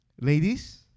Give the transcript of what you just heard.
Ladies